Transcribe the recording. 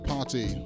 Party